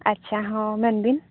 ᱟᱪᱪᱷᱟ ᱦᱚᱸ ᱢᱮᱱᱵᱤᱱ